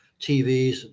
TVs